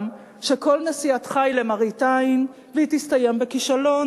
שכל נסיעתך היא למראית עין והיא תסתיים בכישלון,